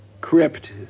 crypt